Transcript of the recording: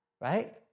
right